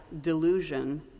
delusion